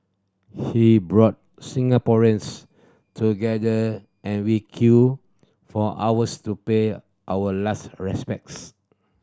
he brought Singaporeans together and we queued for hours to pay our last respects